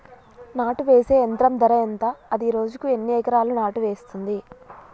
నాటు వేసే యంత్రం ధర ఎంత? అది రోజుకు ఎన్ని ఎకరాలు నాటు వేస్తుంది?